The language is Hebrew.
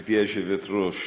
גברתי היושבת-ראש,